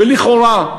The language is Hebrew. ולכאורה,